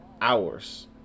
Hours